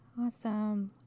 Awesome